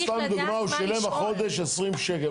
נגיד, סתם דוגמה, הוא שילם החודש 20 שקלים.